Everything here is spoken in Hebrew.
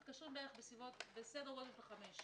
הם מתקשרים בסדר גודל של חמש.